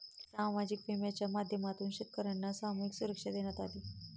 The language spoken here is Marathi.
सामाजिक विम्याच्या माध्यमातून शेतकर्यांना सामूहिक सुरक्षा देण्यात आली